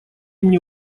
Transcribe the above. мне